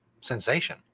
sensation